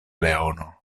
leono